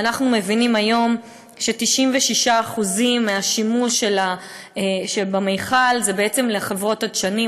ואנחנו מבינים היום ש-96% מהשימוש במכל הוא בעצם לחברות הדשנים,